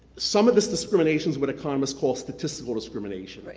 some of this discrimination is what economists call statistical discrimination, but